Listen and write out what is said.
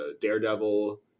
Daredevil